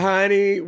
Honey